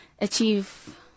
achieve